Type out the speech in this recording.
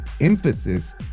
emphasis